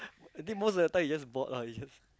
I think most of the time he just bored lah he just